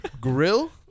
Grill